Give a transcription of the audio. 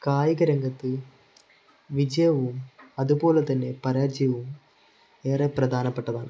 കായികരംഗത്ത് വിജയവും അതുപോലെ തന്നെ പരാജയവും ഏറെ പ്രധാനപ്പെട്ടതാണ്